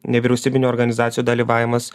nevyriausybinių organizacijų dalyvavimas